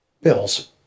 bills